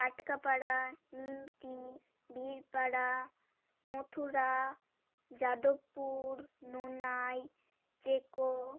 Katkapara Nimti Birpara Mathura Jadavpur নাইচেকো